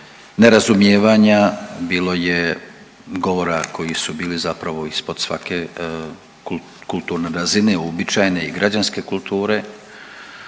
nerazumijevanja, bilo je govora koji su bili zapravo ispod svake kulturne razine uobičajene i građanske kulture,